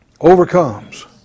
Overcomes